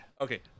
Okay